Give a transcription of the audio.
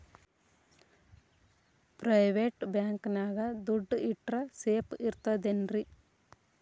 Private bank ನ್ಯಾಗ್ ದುಡ್ಡ ಇಟ್ರ ಸೇಫ್ ಇರ್ತದೇನ್ರಿ?